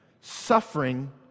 suffering